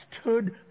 stood